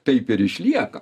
taip ir išlieka